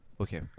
Okay